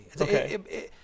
Okay